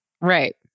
Right